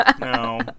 No